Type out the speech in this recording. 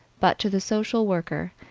but to the social worker,